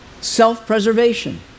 Self-preservation